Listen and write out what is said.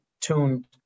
tuned